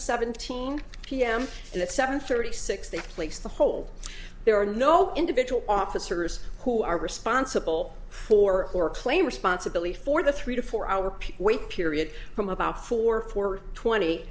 seventeen pm and at seven thirty six take place the whole there are no individual officers who are responsible for or claim responsibility for the three to four hour peak wait period from about four four twenty